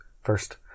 first